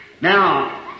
Now